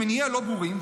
שמניעיה לא ברורים,